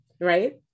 right